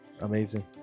Amazing